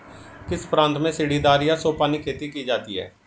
किस प्रांत में सीढ़ीदार या सोपानी खेती की जाती है?